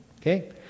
Okay